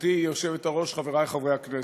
גברתי היושבת-ראש, חברי חברי הכנסת,